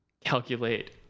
calculate